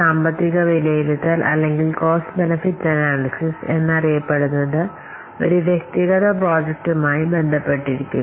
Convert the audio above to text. ഈ സാമ്പത്തിക വിലയിരുത്തൽ അല്ലെങ്കിൽ കോസ്റ്റ് ബെനിഫിറ്റ് അനാലിസിസ് എന്നറിയപ്പെടുന്നത് ഒരു വ്യക്തിഗത പ്രോജക്റ്റുമായി ബന്ധപ്പെട്ടിരിക്കുന്നു